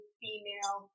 female